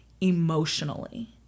emotionally